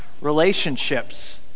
relationships